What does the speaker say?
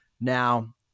Now